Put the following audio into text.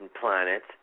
planets